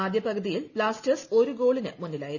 ആദ്യ പകുതിയിൽ ബ്ലാസ്റ്റേഴ്സ് ഒരു ഗോളിന് മുന്നിലായിരുന്നു